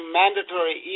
mandatory